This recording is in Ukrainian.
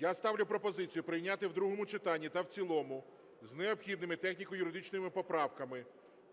я ставлю пропозицію прийняти в другому читанні та в цілому з необхідними техніко-юридичними поправками